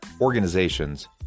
organizations